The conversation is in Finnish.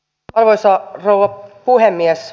arvoisa rouva puhemies